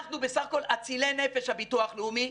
אנחנו בסך הכול אצילי נפש, הביטוח הלאומי.